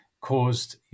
caused